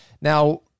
Now